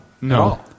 No